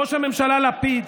ראש הממשלה לפיד,